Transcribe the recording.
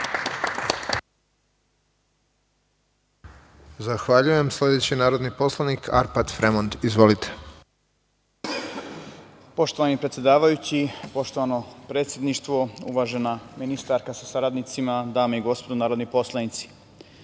Zahvaljujem. Reč ima narodni poslanik Arpad Fremond. **Arpad Fremond** Poštovani predsedavajući, poštovano predsedništvo, uvažena ministarka sa saradnicima, dame i gospodo narodni poslanici,